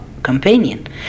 companion